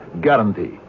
guarantee